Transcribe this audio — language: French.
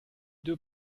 deux